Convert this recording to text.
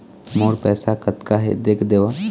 मोर पैसा कतका हे देख देव?